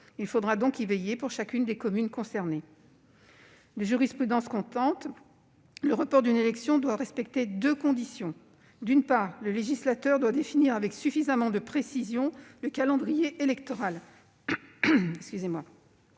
Il faudra donc y veiller pour chacune des communes concernées. De jurisprudence constante, le report d'une élection doit respecter deux conditions : d'une part, le législateur doit définir avec suffisamment de précision le calendrier électoral